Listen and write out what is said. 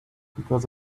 because